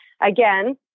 again